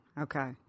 Okay